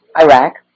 Iraq